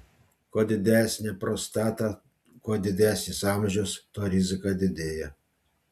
kuo didesnė prostata kuo didesnis amžius tuo rizika didėja